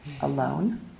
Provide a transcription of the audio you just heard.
alone